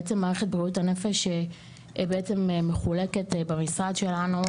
בעצם מערכת בריאות הנפש בעצם מחולקת במשרד שלנו,